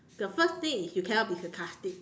the first thing is you cannot be sarcastic